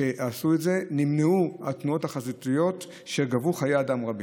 שעשו את זה נמנעו תאונות חזיתיות שגבו חיי אדם רבים.